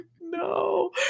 no